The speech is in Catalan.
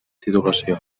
titulació